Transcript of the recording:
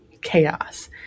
chaos